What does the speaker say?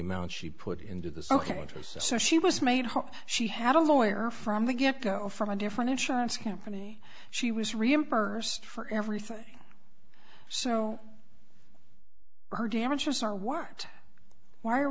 amount she put into the soeharto so she was made she had a lawyer from the get go from a different insurance company she was reimbursed for everything so her damages are worked why are